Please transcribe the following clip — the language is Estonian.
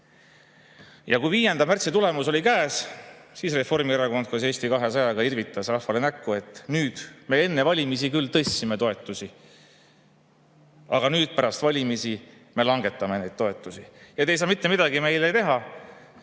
Ja kui 5. märtsi tulemus oli käes, siis Reformierakond koos Eesti 200‑ga irvitas rahvale näkku, et me enne valimisi küll tõstsime toetusi, aga nüüd pärast valimisi me langetame neid toetusi ja te ei saa mitte midagi meile teha,